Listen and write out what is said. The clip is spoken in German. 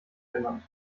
genannt